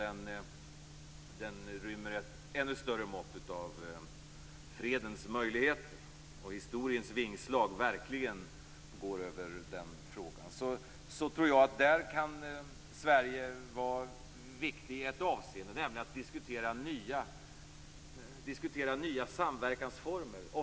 Den har en ännu större fredspotential. I den frågan kan man verkligen känna historiens vingslag. Jag tror att Sverige i detta sammanhang kan vara viktigt i ett avseende, nämligen för diskussionen om nya samverkansformer.